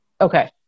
Okay